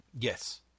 yes